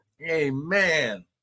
Amen